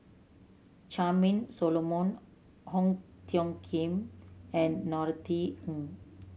Charmaine Solomon Ong Tiong Khiam and Norothy Ng